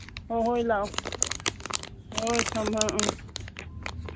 ꯍꯣꯏ ꯂꯥꯛꯑꯣ ꯍꯣꯏ ꯊꯝꯃꯣ ꯑꯪ